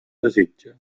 desitja